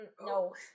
No